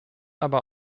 aber